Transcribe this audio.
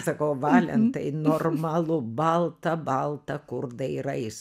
sakau valentai normalu balta balta kur dairais